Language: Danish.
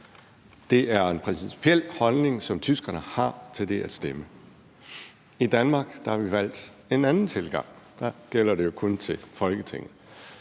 Det er en principiel holdning, som tyskerne har til det at stemme. I Danmark har vi valgt en anden tilgang. Der gælder det jo kun til Folketinget.